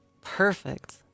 Perfect